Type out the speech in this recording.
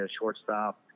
shortstop